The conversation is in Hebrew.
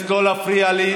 טאהא,